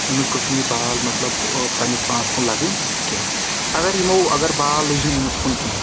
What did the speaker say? أمِس گٔژھ نہٕ یہِ بال مَطلَب پَننِس پانَس کُن لَگٕنۍ کینٛہہ اگر یِمو اگر بال لٔج نہٕ أمِس کُن کینٛہہ